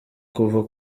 kuva